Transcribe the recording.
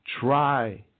try